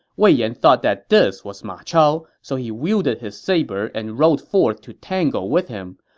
wei yan thought that this was ma chao, so he wielded his saber and rode forth to tangle with him.